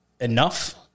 enough